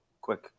Quick